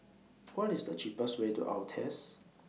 What IS The cheapest Way to Altez